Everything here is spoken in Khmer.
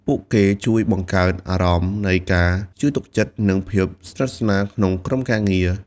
ពួកគេជួយបង្កើតអារម្មណ៍នៃការជឿទុកចិត្ត និងភាពស្និទ្ធស្នាលក្នុងក្រុមការងារ។